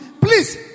please